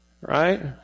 Right